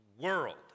world